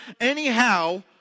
anyhow